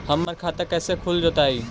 हमर खाता कैसे खुल जोताई?